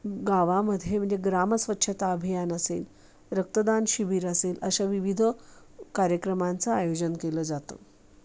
गावामध्ये म्हणजे ग्राम स्वच्छता अभियान असेल रक्तदान शिबिर असेल अशा विविध कार्यक्रमांचं आयोजन केलं जातं